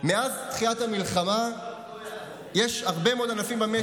מאז תחילת המלחמה יש הרבה מאוד ענפים במשק,